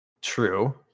True